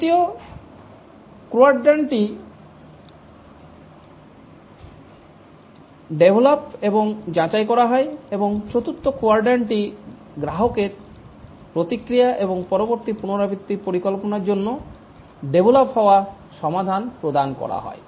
তৃতীয় কুয়াড্রান্টটি ডেভেলাপ এবং যাচাই করা হয় এবং চতুর্থ কুয়াড্রান্টটি গ্রাহককের প্রতিক্রিয়া এবং পরবর্তী পুনরাবৃত্তির পরিকল্পনার জন্য ডেভলপ হওয়া সমাধান প্রদান করা হয়